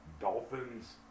dolphins